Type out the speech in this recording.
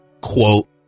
quote